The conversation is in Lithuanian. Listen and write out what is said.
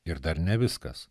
ir dar ne viskas